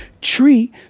Tree